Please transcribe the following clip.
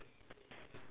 grey okay